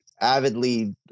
avidly